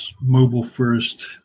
mobile-first